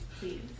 Please